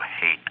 hate